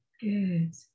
Good